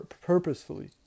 purposefully